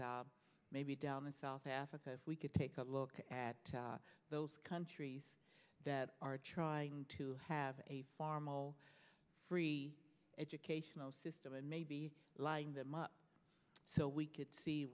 maybe down in south africa if we could take a look at those countries that are trying to have a formal free educational system and maybe lying that much so we could see